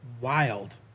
wild